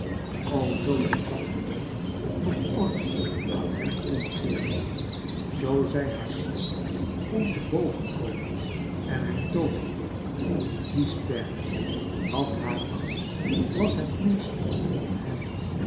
zoo zij dat geloof nog ooit aan hem kon geven zoo zij haar schrik kon te boven komen en hem toonen kon die ster want haar angst was het meest om hem